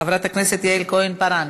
חברת הכנסת יעל כהן-פארן.